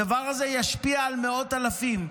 הדבר הזה ישפיע על מאות אלפים.